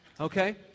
Okay